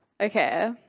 Okay